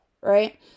Right